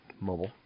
Mobile